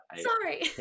sorry